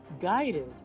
guided